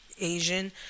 Asian